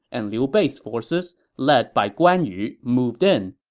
and liu bei's forces, led by guan yu, moved in.